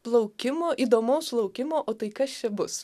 plaukimo įdomaus laukimo o tai kas čia bus